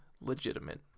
legitimate